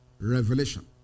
revelation